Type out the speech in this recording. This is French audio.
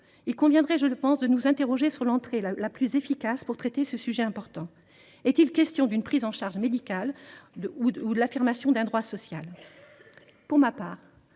conviendrait de nous nous interroger sur l’approche la plus efficace pour traiter ce sujet important : est il question d’une prise en charge médicale ou de l’affirmation d’un droit social ? Les deux ! Pour ma part,